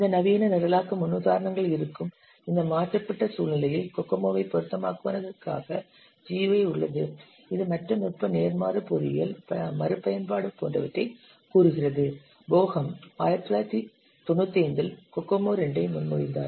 இந்த நவீன நிரலாக்க முன்னுதாரணங்கள் இருக்கும் இந்த மாற்றப்பட்ட சூழ்நிலையில் கோகோமோவை பொருத்தமானதாக்குவதற்காக GUI உள்ளது இது மற்ற நுட்ப நேர்மாறு பொறியியல் மறுபயன்பாடு போன்றவற்றைக் கூறுகிறது போஹம் 1995 இல் கோகோமோ 2 ஐ முன்மொழிந்தார்